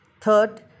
Third